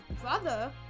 brother